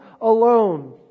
alone